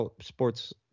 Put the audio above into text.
Sports